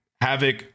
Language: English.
havoc